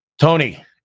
Tony